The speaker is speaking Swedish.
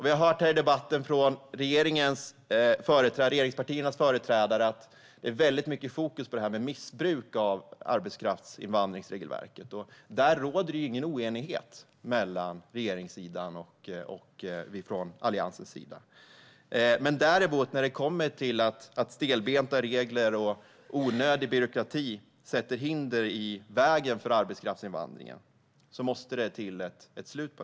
Vi har hört här i debatten från regeringspartiernas företrädare att det är mycket fokus på missbruk av regelverket för arbetskraftsinvandring. Där råder ingen oenighet mellan regeringssidan och Alliansen. När det däremot kommer till stelbenta regler och onödig byråkrati som sätter hinder i vägen för arbetskraftsinvandringen måste detta få ett slut.